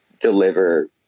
deliver